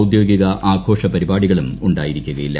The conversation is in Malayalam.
ഔദ്യോഗിക ആഘോഷ പരിപാടികളും ഉണ്ടായിരിക്കുകയില്ല